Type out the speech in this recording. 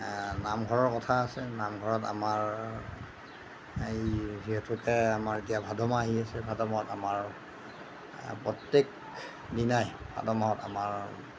নামঘৰৰ কথা আছে নামঘৰত আমাৰ এই যিহেতুকে আমাৰ এতিয়া ভাদ মাহ আহি আছে ভাদ মাহত আমাৰ প্ৰত্যেক দিনাই ভাদ মাহত আমাৰ